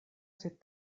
sed